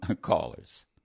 callers